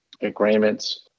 agreements